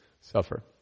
suffer